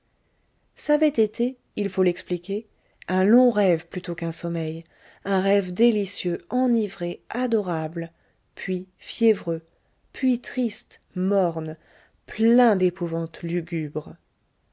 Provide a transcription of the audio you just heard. ç'avait été il faut l'expliquer un long rêve plutôt qu'un sommeil un rêve délicieux enivré adorable puis fiévreux puis triste morne plein d'épouvantes lugubres